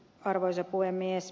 arvoisa puhemies